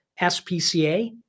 SPCA